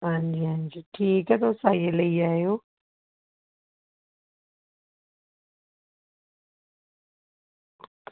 आं जी आं जी ठीक ऐ तुस आइयै लेई जायो